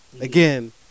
Again